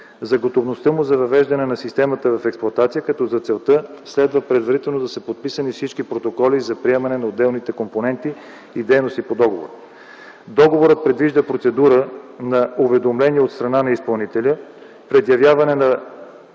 за готовността му за въвеждане на системата в експлоатация, като за целта следва предварително да са подписани всички протоколи за приемане на отделните компоненти и дейности по договора. Договорът предвижда процедура на уведомление от страна на изпълнителя, предявяване на